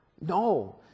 No